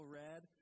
red